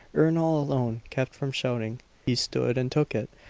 ernol alone kept from shouting he stood and took it,